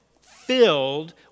filled